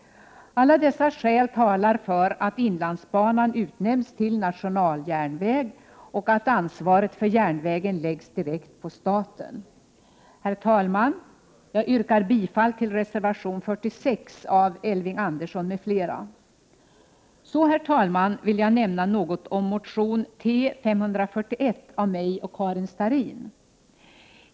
Alla dessa skäl talar för att inlandsbanan utnämns till nationaljärnväg och för att ansvaret för järnvägen läggs direkt på staten. Herr talman! Jag yrkar bifall till reservation 46 av Elving Andersson m.fl. Så vill jag nämna något om motion T541 av mig och Karin Starrin.